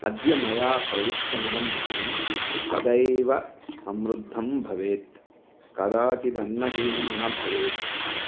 अद्य मया प्रविष्टमिदं गृहं सदैव समृद्धं भवेत् कदाचित् अन्नहीनं न भवेत्